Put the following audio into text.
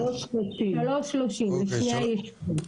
שלוש שלושים לשני הישובים.